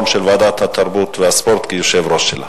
יושב-ראש ועדת החינוך, התרבות והספורט, שיהיה